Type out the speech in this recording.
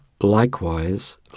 likewise